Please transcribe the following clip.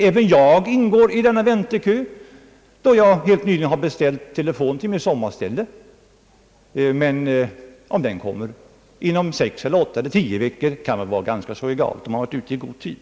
Även jag ingår i denna väntekö, då jag helt nyligen har beställt telefon till mitt sommarställe. Om den kommer om 6, 8 eller 10 veckor kan väl vara ganska egalt, om man varit ute i god tid.